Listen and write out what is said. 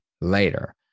later